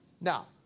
Now